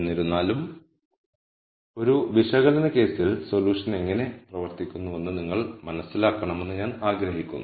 എന്നിരുന്നാലും ഒരു വിശകലന കേസിൽ സൊല്യൂഷൻ എങ്ങനെ പ്രവർത്തിക്കുന്നുവെന്ന് നിങ്ങൾ മനസ്സിലാക്കണമെന്ന് ഞാൻ ആഗ്രഹിക്കുന്നു